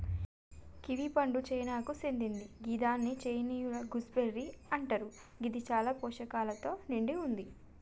kiwi పండు చైనాకు సేందింది గిదాన్ని చైనీయుల గూస్బెర్రీ అంటరు గిది చాలా పోషకాలతో నిండి వుంది